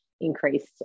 increased